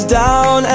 down